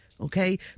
okay